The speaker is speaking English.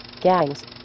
gangs